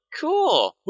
Cool